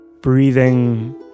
breathing